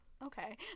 okay